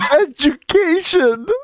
education